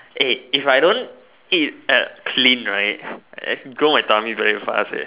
eh if I don't eat it clean right grow my tummy very fast eh